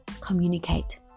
Communicate